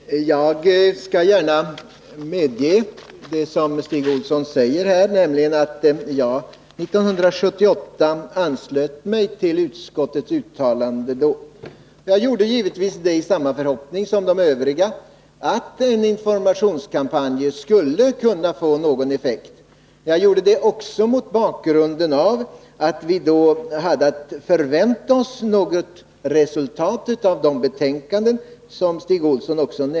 Fru talman! Jag skall gärna medge att jag, som Stig Olsson säger, 1978 anslöt mig till utskottets uttalande den gången. Jag gjorde det givetvis i samma förhoppning som de övriga, nämligen att en informationskampanj skulle kunna få någon effekt. Jag gjorde det också mot bakgrund av att vi då hade att förvänta oss något resultat av det betänkande som Stig Olsson nämnde.